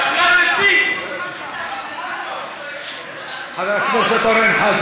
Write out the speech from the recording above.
אדוני היושב-ראש, שרים, חברי הכנסת.